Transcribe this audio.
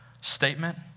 statement